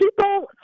People